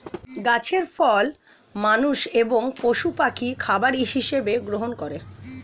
গাছের ফল মানুষ এবং পশু পাখি খাবার হিসাবে গ্রহণ করে